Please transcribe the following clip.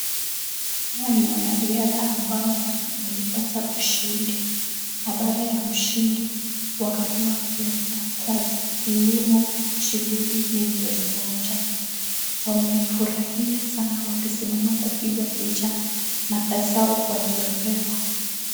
Hawa ni wanariadha ambao walipata ushindi, na baada ya ushindi wakapewa pesa taslimu shillingi millioni moja. Wamefurahia sana wakisimama kupigwa picha na pesa waliyopewa.